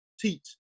teach